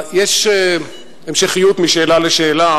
יש המשכיות משאלה לשאלה,